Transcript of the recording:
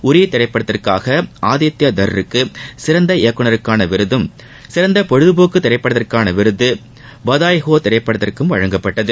உரி திரைப்படத்திற்காக ஆதித்யா தர்ருக்கு சிறந்த இயக்குநருக்கான விருதும் சிறந்த பொழுதுபோக்கு திரைப்படத்திற்கான விருது பதாய்ஹே திரைப்படத்திற்கும் வழங்கப்பட்டது